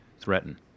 threaten